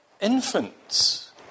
infants